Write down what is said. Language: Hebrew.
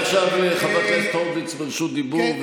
עכשיו חבר הכנסת הורוביץ ברשות דיבור ונא לאפשר לו.